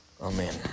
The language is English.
Amen